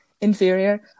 inferior